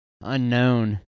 unknown